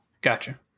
Gotcha